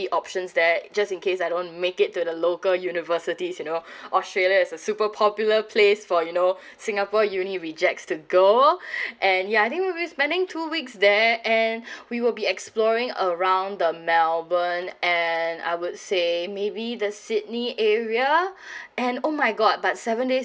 option there just in case I don't make it to the local universities you know australia is a super popular place for you know singapore uni rejects the girl and ya I think we're spending two weeks there and we will be exploring around the melbourne and I would say maybe the sydney area and oh my god but seven days